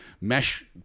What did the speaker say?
mesh